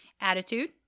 attitude